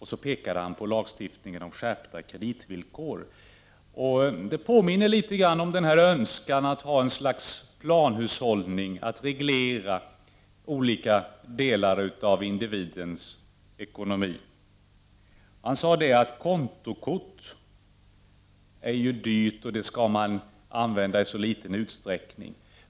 Han pekade på lagstiftningen om skärpta kreditvillkor. Det påminner litet grand om önskan om att ha ett slags planhushållning, om att reglera olika delar av individens ekonomi. Han sade att kontokort är dyrt och skall användas i liten utsträckning.